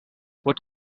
what